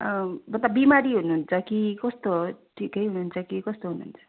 मतलब बिमारी हुनुहुन्छ कि कस्तो ठिकै हुनुहुन्छ कि कस्तो हुनुहुन्छ